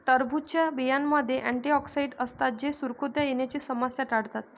टरबूजच्या बियांमध्ये अँटिऑक्सिडेंट असतात जे सुरकुत्या येण्याची समस्या टाळतात